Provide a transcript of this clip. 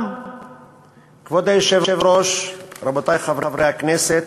כבוד היושב-ראש, רבותי חברי הכנסת,